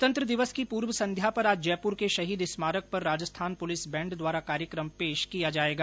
गणतन्त्र दिवस की पूर्व संध्या पर आज जयपुर के शहीद स्मारक पर राजस्थान पुलिस बैंड द्वारा कार्यक्रम पेश किया जायेगा